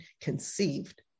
conceived